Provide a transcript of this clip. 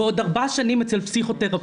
ועוד ארבע שנים אצל פסיכותרפיסט.